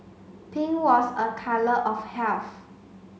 pink was a colour of health